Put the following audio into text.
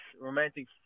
romantic